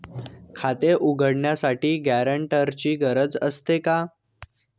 खाते उघडण्यासाठी गॅरेंटरची गरज असते का?